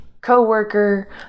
co-worker